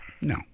No